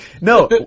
No